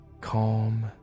calm